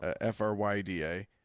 F-R-Y-D-A